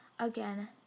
Again